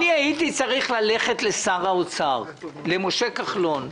הייתי צריך ללכת לשר האוצר משה כחלון,